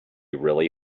really